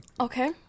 Okay